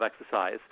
exercise